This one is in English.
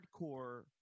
hardcore